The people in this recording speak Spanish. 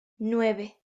nueve